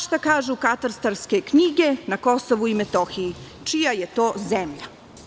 Šta kažu katastarske knjige na KiM, čija je to zemlja?